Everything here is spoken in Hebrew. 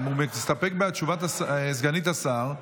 הוא מסתפק בתשובת סגנית השר.